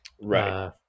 Right